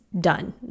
done